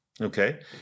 Okay